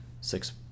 six